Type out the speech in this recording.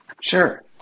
sure